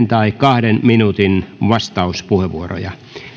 tai kahden minuutin vastauspuheenvuoroja